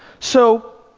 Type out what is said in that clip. so,